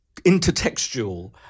intertextual